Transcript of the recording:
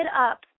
up